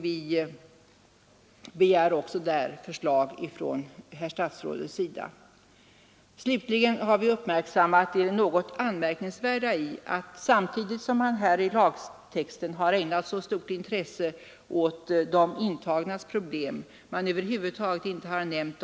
Vi begär också på den punkten ett förslag från herr statsrådets sida. Vi har vidare uppmärksammat det något anmärkningsvärda i att — samtidigt som man i lagtexterna har ägnat så stort intresse åt de intagnas problem — de häktades situation över huvud taget inte har nämnts.